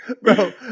Bro